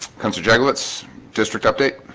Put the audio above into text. consulates consulates district update